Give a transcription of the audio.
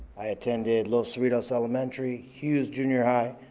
i attended los cerritos elementary, hughes jr. high,